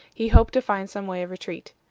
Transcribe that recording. he hoped to find some way of retreat.